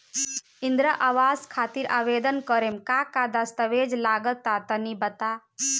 इंद्रा आवास खातिर आवेदन करेम का का दास्तावेज लगा तऽ तनि बता?